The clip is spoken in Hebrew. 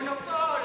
מונופול.